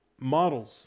models